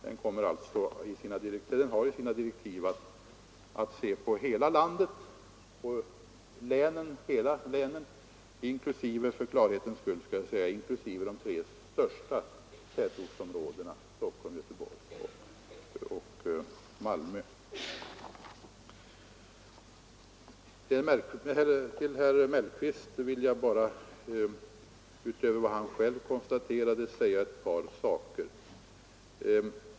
Den har enligt sina direktiv att se på hela länen inklusive — vill jag säga för klarhetens skull — de tre största tätortsområdena, Stockholm, Göteborg och Malmö. Till herr Mellqvist vill jag bara, utöver vad han själv konstaterade, säga ett par saker.